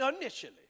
Initially